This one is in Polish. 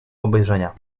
obejrzenia